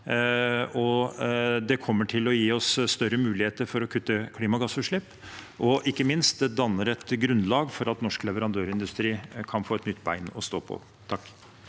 det kommer til å gi oss større muligheter for å kutte klimagassutslipp, og ikke minst danner det et grunnlag for at norsk leverandørindustri kan få et nytt bein å stå på.